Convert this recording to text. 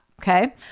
okay